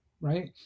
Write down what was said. right